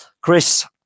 Chris